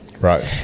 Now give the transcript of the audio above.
Right